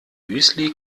müsli